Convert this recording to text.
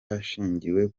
hashingiwe